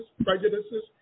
prejudices